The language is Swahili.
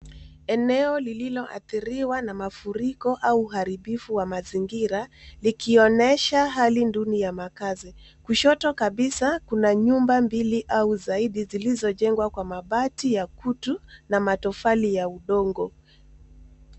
Eneo lilioadhiriwa na mafuriko au uharibifu wa mazingira, likionyesha hali duni ya makazi. Kushoto kabisa kuna nyumba mbili au zaidi, zilizojengwa kwa mabati ya kutu na matofali ya udongo.